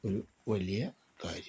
ഒരു വലിയ കാര്യം